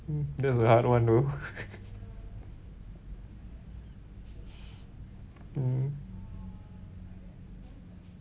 mm that's a hard [one] though mm